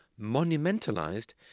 monumentalized